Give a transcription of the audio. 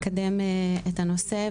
לקדם את הנושא,